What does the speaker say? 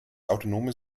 autonome